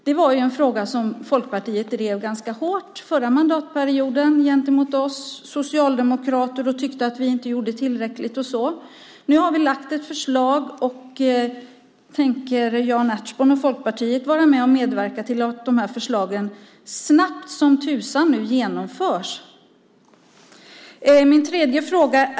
Det var en fråga som Folkpartiet drev ganska hårt förra mandatperioden, gentemot oss socialdemokrater. Man tyckte att vi inte gjorde tillräckligt och så vidare. Nu har vi lagt fram förslag. Tänker Jan Ertsborn och Folkpartiet nu medverka till att de här förslagen snabbt som tusan genomförs? Sedan har jag en tredje fråga.